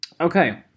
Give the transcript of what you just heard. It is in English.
Okay